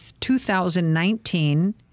2019